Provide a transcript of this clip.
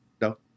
no